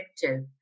effective